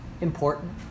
important